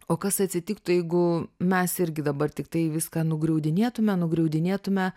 o kas atsitiktų jeigu mes irgi dabar tiktai viską nugriaudinėtume nugriaudinėtume